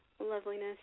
Loveliness